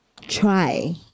Try